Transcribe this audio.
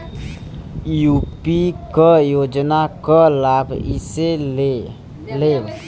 UP क योजना क लाभ कइसे लेब?